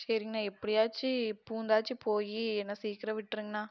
சரிங்கண்ணா எப்படியாச்சி பூந்தாச்சு போய் என்னை சீக்கிரம் விட்டுருங்கண்ணா